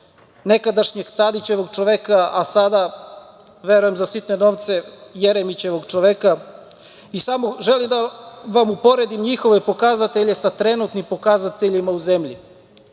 nekadašnjeg Tadićevog čoveka, a sada, verujem za sitne novce, Jeremićevog čoveka. Samo želim da vam uporedim njihove pokazatelje sa trenutnim pokazateljima u